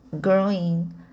growing